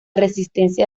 resistencia